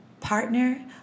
partner